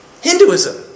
Hinduism